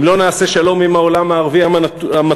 אם לא נעשה שלום עם העולם הערבי המתון,